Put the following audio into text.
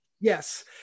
Yes